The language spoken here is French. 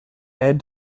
est